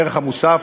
והערך המוסף,